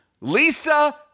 Lisa